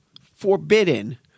forbidden